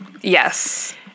Yes